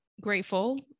grateful